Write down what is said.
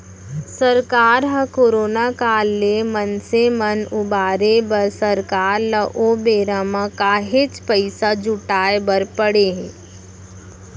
सरकार ह करोना काल ले मनसे मन उबारे बर सरकार ल ओ बेरा म काहेच पइसा जुटाय बर पड़े हे